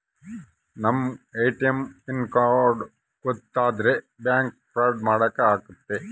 ನಮ್ ATM pin code ಗೊತ್ತಾದ್ರೆ bank fraud ಮಾಡಾಕ ಆಗುತ್ತೆ